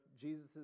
Jesus